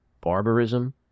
barbarism